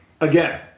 Again